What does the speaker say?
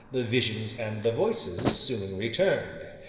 the visions and the voices soon returned.